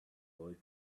old